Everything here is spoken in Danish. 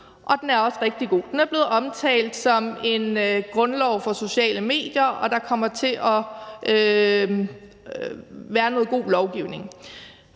den er også rigtig god. Den er blevet omtalt som en grundlov for sociale medier, og det kommer til at være noget god lovgivning.